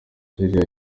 julia